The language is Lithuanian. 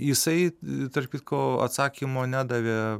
jisai tarp kitko atsakymo nedavė